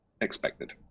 expected